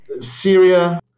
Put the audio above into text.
Syria